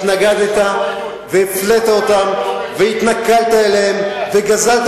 התנגדת והפלית אותם והתנכלת להם וגזלת